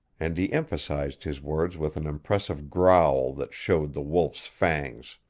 and he emphasized his words with an impressive growl that showed the wolf's fangs.